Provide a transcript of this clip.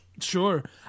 Sure